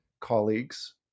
colleagues